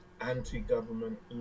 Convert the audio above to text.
anti-government